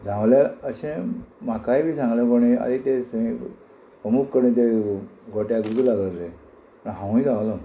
धांवल्यार अशें म्हाकाय बी सांगलें कोणें आनी अरे ते थंय अमूक कडेन तें गोट्याक उजो लागले म्हू ण हांवूय धांवलो